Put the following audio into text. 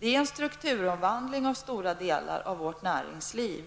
Det är strukturomvandling i stora delar av vårt näringsliv.